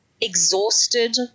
exhausted